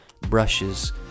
brushes